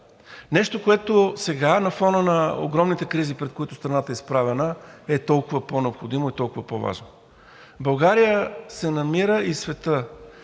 Нещо, което сега на фона на огромните кризи, пред които страната е изправена, е толкова по необходимо и толкова по-важно. България се намира и светът